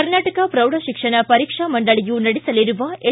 ಕರ್ನಾಟಕ ಪ್ರೌಢ ಶಿಕ್ಷಣ ಪರೀಕ್ಷಾ ಮಂಡಳಿಯು ನಡೆಸಲಿರುವ ಎಸ್